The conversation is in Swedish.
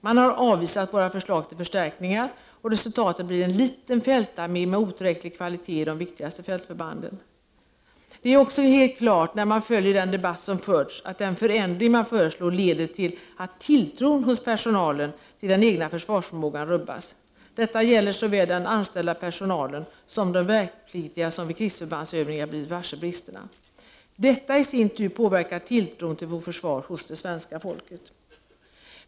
Den har avvisat våra förslag till förstärkningar, och resultatet blir en liten fältarmé med otillräcklig kvalitet i de viktigaste fältförbanden. Det är också helt klart, när man följer den debatt som förts, att den förändring regeringen föreslår leder till att tilltron hos personalen till den egna försvarsförmågan rubbs. Detta gäller såväl den anställda personalen som de värnpliktiga som vid krigsförbandsövningar blivit varse bristerna. Detta i sin tur påverkar svenska folkets tilltro till vårt försvar.